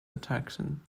attraction